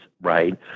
right